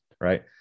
right